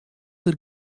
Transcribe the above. der